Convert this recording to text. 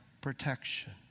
protection